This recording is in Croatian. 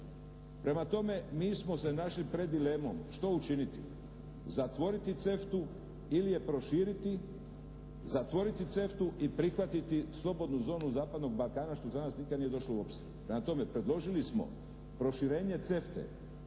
Prema tome, mi smo se našli pred dilemom. Što učiniti? Zatvoriti CEFTA-u ili je proširiti, zatvoriti CEFTA-u i prihvatiti slobodnu zonu zapadnog Balkana što za nas nikada nije došlo u obzir. Prema tome, predložili smo proširenje